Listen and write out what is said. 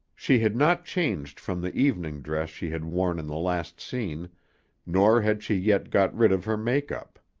she had not changed from the evening dress she had worn in the last scene nor had she yet got rid of her make-up.